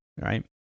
right